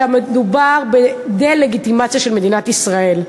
אלא מדובר בדה-לגיטימציה של מדינת ישראל.